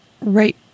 right